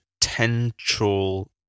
potential